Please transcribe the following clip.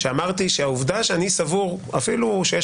אמרתי שהעובדה שאני סבור אפילו שיש